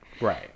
Right